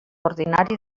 ordinari